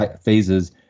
phases